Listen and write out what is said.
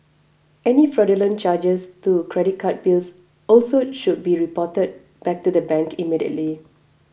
any fraudulent charges to credit card bills also should be reported bank to the immediately